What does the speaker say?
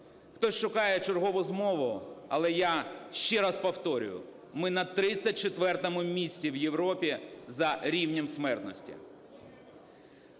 Хтось шукає чергову змогу, але я ще раз повторюю, ми на 34 місці в Європі за рівнем смертності.